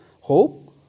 Hope